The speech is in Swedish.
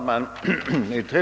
Herr talman!